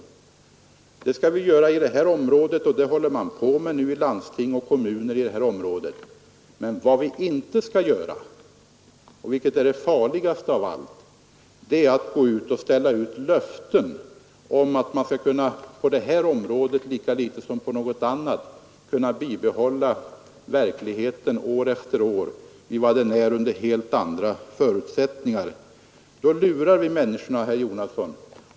Det skall vi göra i det här området, och det är man i kommuner och landsting i färd med. Vad vi inte skall göra — det vore det farligaste av allt — är att ge löften om att man i dessa områden, eller på andra håll, år efter år skall få behålla en trafikstandard som dels är förlegad, dels inte betjänar trafikanterna. Då lurar vi människorna, herr Jonasson.